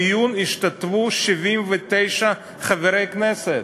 בדיון השתתפו 79 חברי כנסת,